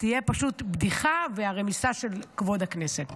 תהיה פשוט בדיחה ורמיסה של כבוד הכנסת.